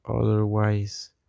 otherwise